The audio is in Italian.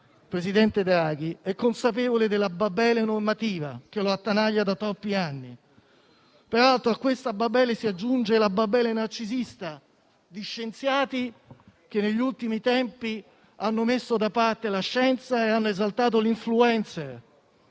presidente Draghi, è consapevole della Babele normativa che lo attanaglia da troppi anni. Peraltro, a questa Babele si aggiunge la Babele narcisista di scienziati che, negli ultimi tempi, hanno messo da parte la scienza e hanno esaltato l'*influencer*.